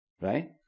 right